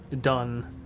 done